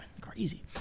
Crazy